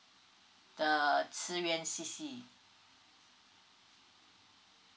the ci yuan C_C